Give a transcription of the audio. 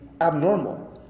abnormal